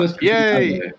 Yay